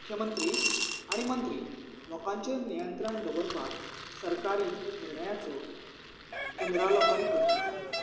मुख्यमंत्री आनी मंत्री लोकांचेर नियंत्रण दवरपाक सरकारी निर्णयाचो पुनरावलोकन करता